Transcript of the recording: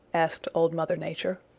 asked old mother nature.